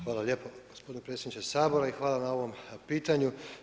Hvala lijepo gospodine predsjedniče Sabora i hvala na ovom pitanju.